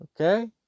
Okay